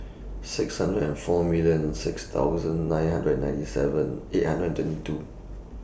six hundred and four million six thousand nine hundred and ninety seven eight hundred and twenty two